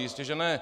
Jistěže ne.